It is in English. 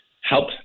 help